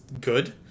good